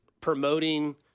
promoting